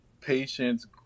patience